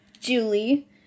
Julie